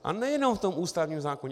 A nejenom v tom ústavním zákoně.